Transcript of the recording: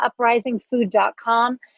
uprisingfood.com